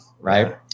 Right